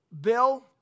Bill